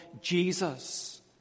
Jesus